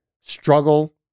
struggle